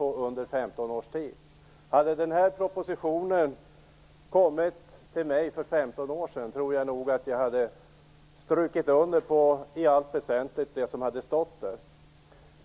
under 15 års tid. Hade jag tagit del av denna proposition för 15 år sedan hade jag i allt väsentligt skrivit under på allt som där hade stått.